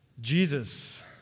Jesus